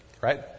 right